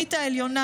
המוסלמית העליונה.